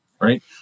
right